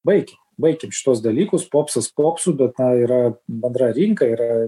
baikim baikim šituos dalykus popsas popsu bet na yra bendra rinka yra